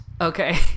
okay